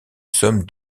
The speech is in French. somme